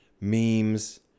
memes